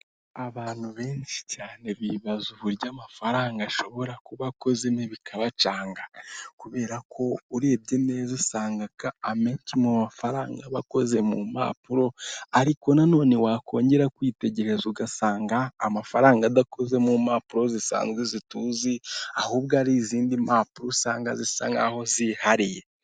Umuntu wambaye umupira wa oranje wicaye mu ntebe ya purasitike wegamye, inyuma ye hari utubati tubiri tubikwamo, kamwe gasa umweru akandi gasa kacyi harimo ibikoresho bitandukanye.